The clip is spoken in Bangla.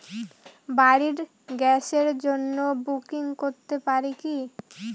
বাড়ির গ্যাসের জন্য বুকিং করতে পারি কি?